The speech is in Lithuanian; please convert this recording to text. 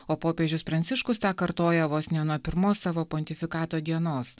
o popiežius pranciškus tą kartoja vos ne nuo pirmos savo pontifikato dienos